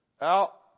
out